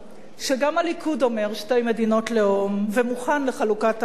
כשגם הליכוד אומר שתי מדינות לאום ומוכן לחלוקת הארץ,